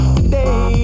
today